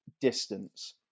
distance